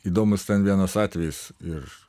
įdomus ten vienas atvejis ir